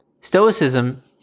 Stoicism